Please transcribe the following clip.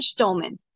Stolman